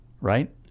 right